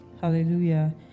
Hallelujah